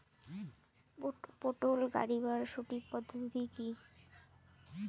পটল গারিবার সঠিক পদ্ধতি কি?